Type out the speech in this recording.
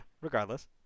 regardless